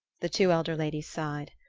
the two elder ladies sighed.